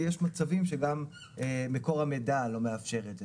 יש מצבים שגם מקור המידע לא מאפשר את זה.